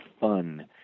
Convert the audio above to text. fun